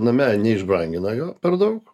name neišbrangina jo per daug